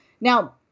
Now